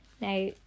Now